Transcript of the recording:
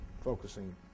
focusing